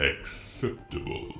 acceptable